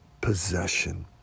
possession